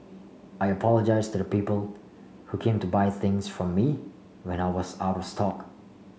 I apologise to the people who came to buy things from me when I was out stock